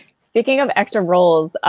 speaking of extra roles,